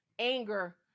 anger